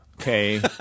okay